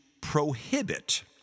prohibit